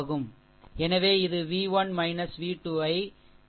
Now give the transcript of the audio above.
எனவே இது v 1 v 2 ஐ 8 ஆல் வகுக்கிறது இது i 2 சரி